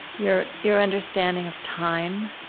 your your understanding of time,